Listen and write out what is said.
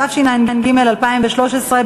התשע"ג 2013,